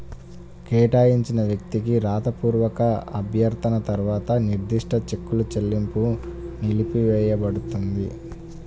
కేటాయించిన వ్యక్తికి రాతపూర్వక అభ్యర్థన తర్వాత నిర్దిష్ట చెక్కుల చెల్లింపు నిలిపివేయపడుతుంది